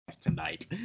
tonight